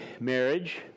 marriage